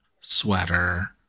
sweater